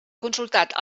consultat